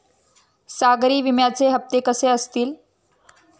सागरी विम्याचे हप्ते कसे असतील?